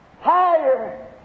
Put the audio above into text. higher